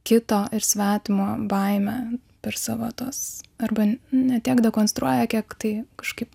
kito ir svetimo baimę per savo tos arba ne tiek dekonstruoja kiek tai kažkaip